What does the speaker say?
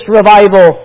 revival